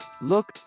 look